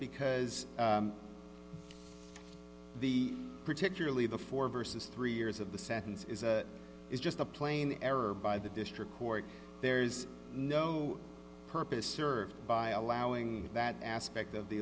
because the particularly the four versus three years of the sentence is that is just a plain error by the district court there is no purpose served by allowing that aspect of the